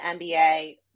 NBA